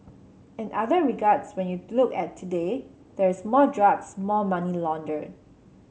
in other regards when you look at today there's more drugs more money laundered